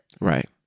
Right